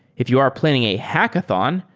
if you are planning a hackathon,